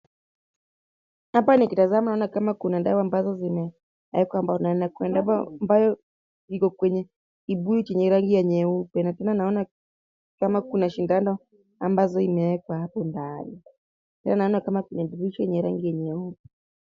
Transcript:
Hapa nikitazama naona kama kuna dawa ambazo zimeekwa ambao. Kuna dawa ambazo ziko kwenye kibuyu chenye rangi ya nyeupe na tena ninaona kama kuna sindano ambazo imewekwa hapo ndani. Tena naona kama kuna kifurushi chenye rangi nyeupe.